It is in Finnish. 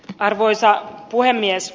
arvoisa puhemies